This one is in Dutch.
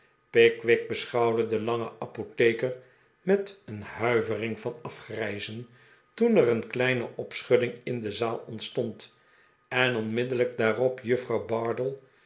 pickwick beschouwde den langen apotheker met een huivering van afgrijzen toen er een kleine opschudding in de zaal ontstond en onmiddellijk daarop juffrouw bardell